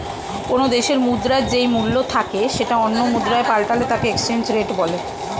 কোনো দেশের মুদ্রার যেই মূল্য থাকে সেটা অন্য মুদ্রায় পাল্টালে তাকে এক্সচেঞ্জ রেট বলে